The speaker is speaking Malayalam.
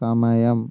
സമയം